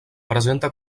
presenta